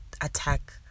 attack